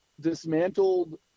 dismantled